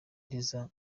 liza